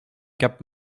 cap